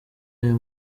aya